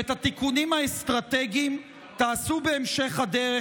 ואת התיקונים האסטרטגיים תעשו בהמשך הדרך,